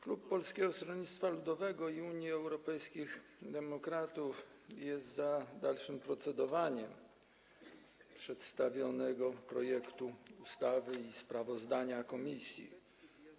Klub Polskiego Stronnictwa Ludowego - Unii Europejskich Demokratów jest za dalszym procedowaniem nad przedstawionym projektem ustawy i sprawozdaniem komisji.